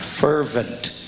fervent